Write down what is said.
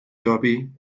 derby